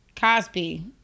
Cosby